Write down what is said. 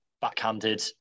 backhanded